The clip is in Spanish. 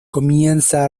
comienza